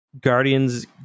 Guardians